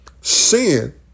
sin